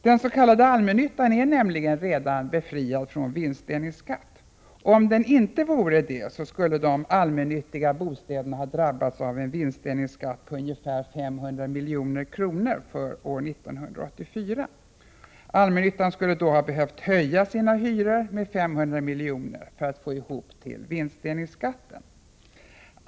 Den s.k. allmännyttan är nämligen redan befriad från vinstdelningsskatt. Om den inte vore det, skulle de allmännyttiga bostäderna ha drabbats av en vinstdelningsskatt på ungefär 500 milj.kr. för år 1984. Allmännyttan skulle då ha behövt höja sina hyror med 500 milj.kr. för att få ihop till vinstdelningsskatten.